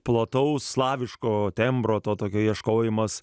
plataus slaviško tembro to tokio ieškojimas